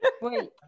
Wait